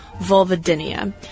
vulvodynia